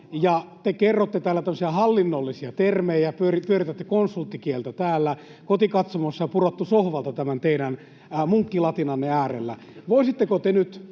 tällaisia hallinnollisia termejä, pyöritätte konsulttikieltä täällä. Kotikatsomossa on pudottu sohvalta tämän teidän munkkilatinanne äärellä.